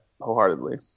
wholeheartedly